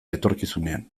etorkizunean